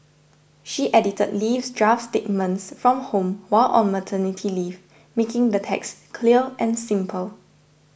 she edited Lee's draft statements from home while on maternity leave making the text clear and simple